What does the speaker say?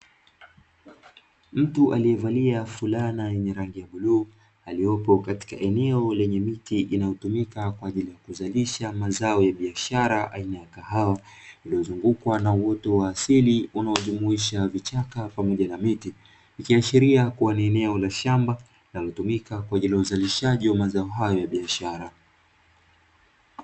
Mtu aliyevalia fulana yenye rangi ya bluu aliopo katika eneo lenye miti inayotumika kuzalisha mazao ya biashara aina ya kahawa, linalozungukwa na uoto wa asili unaojumuisha vichaka pamoja na miti ikiashiria kuwa ni eneo la shamba linalotumika kwa ajili ya uzalishaji wa mazao hayo ya biashara.